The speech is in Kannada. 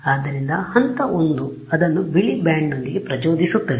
ಆದ್ದರಿಂದ ಹಂತ 1 ಅದನ್ನು ಬಿಳಿ ಬ್ಯಾಂಡ್ನೊಂದಿಗೆ ಪ್ರಚೋದಿಸುತ್ತದೆ